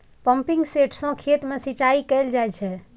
pumping set सं खेत मे सिंचाई कैल जाइ छै